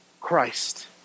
Christ